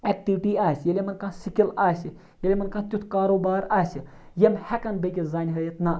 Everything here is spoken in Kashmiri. اٮ۪کٹِوِٹی آسہِ ییٚلہِ یِمَن کانٛہہ سِکِل آسہِ ییٚلہِ یِمَن کانٛہہ تیُتھ کاروبار آسہِ یِم ہٮ۪کَن بیٚکِس زَنہِ ہٲیِتھ نہ